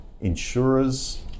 insurers